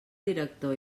director